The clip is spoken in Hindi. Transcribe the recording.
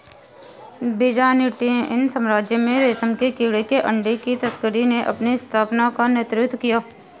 बीजान्टिन साम्राज्य में रेशम के कीड़े के अंडे की तस्करी ने अपनी स्थापना का नेतृत्व किया